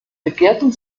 begehrten